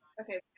okay